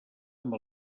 amb